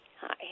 Hi